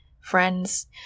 friends